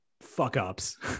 fuck-ups